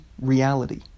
reality